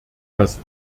dass